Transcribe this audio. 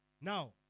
Now